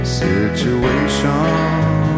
situation